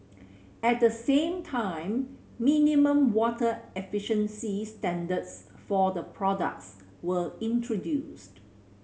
at the same time minimum water efficiency standards for the products were introduced